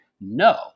no